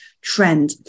trend